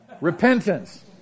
Repentance